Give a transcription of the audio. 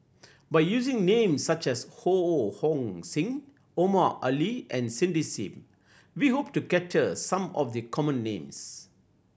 by using names such as Ho Hong Sing Omar Ali and Cindy Sim we hope to capture some of the common names